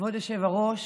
כבוד היושב-ראש,